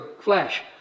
flash